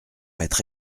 être